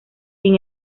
sin